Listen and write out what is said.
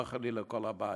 לא חלילה כל הבית.